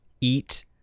eat